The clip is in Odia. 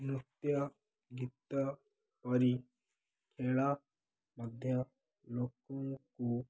ନୃତ୍ୟ ଗୀତ ପରି ଖେଳ ମଧ୍ୟ ଲୋକଙ୍କୁ